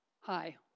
Hi